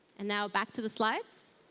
and now back to the slides.